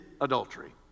adultery